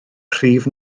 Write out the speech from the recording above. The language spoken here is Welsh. prif